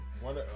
One